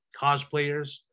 cosplayers